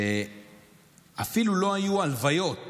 שאפילו לא היו הלוויות